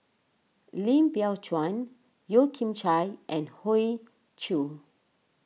Lim Biow Chuan Yeo Kian Chye and Hoey Choo